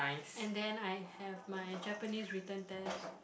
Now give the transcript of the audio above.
and then I have my Japanese return test